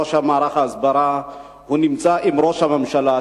ראש מערך ההסברה נמצא עם ראש הממשלה.